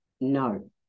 no